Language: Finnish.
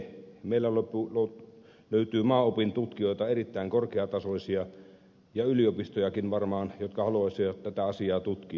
meillä löytyy maaopin tutkijoita erittäin korkeatasoisia ja yliopistojakin varmaan jotka haluaisivat tätä asiaa tutkia